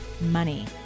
money